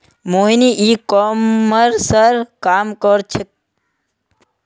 मोहिनी ई कॉमर्सेर काम कर छेक्